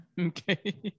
Okay